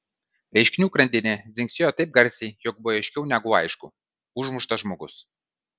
reiškinių grandinė dzingsėjo taip garsiai jog buvo aiškiau negu aišku užmuštas žmogus